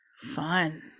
fun